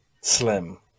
slim